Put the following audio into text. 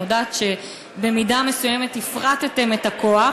אני יודעת שבמידה מסוימת הפרטתם את הכוח,